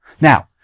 Now